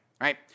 right